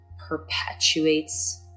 perpetuates